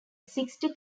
sixty